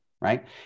right